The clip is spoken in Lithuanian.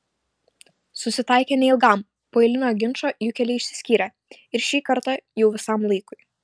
susitaikė neilgam po eilinio ginčo jų keliai išsiskyrė ir šį kartą jau visam laikui